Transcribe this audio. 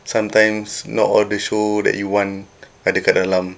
sometimes not all the show that you want ada dekat dalam